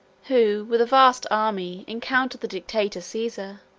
who, with a vast army, encountered the dictator caesar,